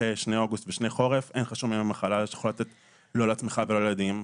אחרי שני חורפים אין לך שום ימי מחלה שאתה יכול לתת לעצמך או לילדים.